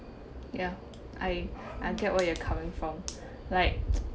ya I I get what you are coming from like